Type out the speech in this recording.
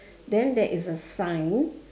then there is a sign